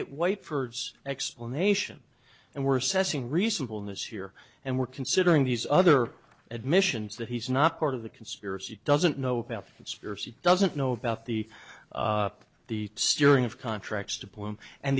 at white for explanation and we're sensing reasonable news here and we're considering these other admissions that he's not part of the conspiracy doesn't know about conspiracy doesn't know about the up the steering of contracts to pull him and